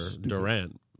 Durant